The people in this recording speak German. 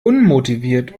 unmotiviert